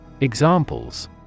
Examples